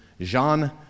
Jean